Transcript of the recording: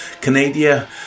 Canada